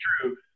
true